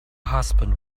husband